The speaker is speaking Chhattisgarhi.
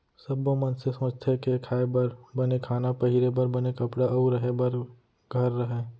सब्बो मनसे सोचथें के खाए बर बने खाना, पहिरे बर बने कपड़ा अउ रहें बर घर रहय